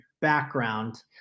background